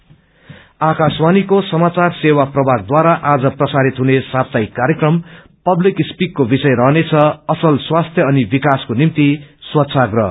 public speak आकाशवाणीको समाचार सेवा प्रभागद्वारा आज प्रसारित हुने साप्ताहिक कार्यक्रम पब्लिक स्पीकको विषय रहनेछ असल स्वास्थ्य अनि विकासको निम्ति स्वच्छाग्रह